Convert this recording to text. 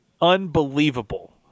Unbelievable